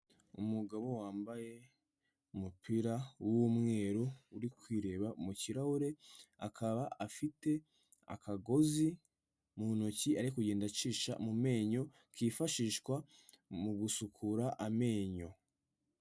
Umugabo wambaye umupira w'umweru, uri kwireba mu kirahure, akaba afite akagozi mu ntoki ari kugenda acisha mu menyo, kifashishwa mu gusukura amenyo.